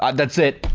um that is it,